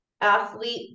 athlete